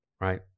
right